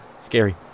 scary